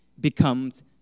becomes